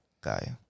Guy